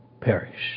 perish